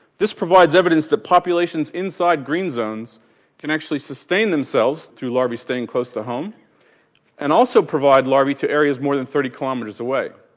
this provides evidence that populations inside green zones can actually sustain themselves through larvae staying close to home and also provide larvae to areas more than thirty kilometres away.